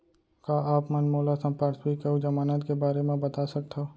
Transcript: का आप मन मोला संपार्श्र्विक अऊ जमानत के बारे म बता सकथव?